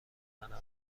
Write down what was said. متنوع